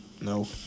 No